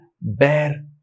bear